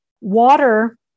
Water